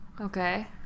Okay